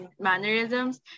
mannerisms